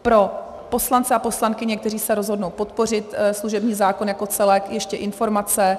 Pro poslance a poslankyně, kteří se rozhodnou podpořit služební zákon jako celek, ještě informace.